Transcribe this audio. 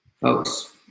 Folks